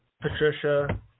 Patricia